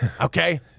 Okay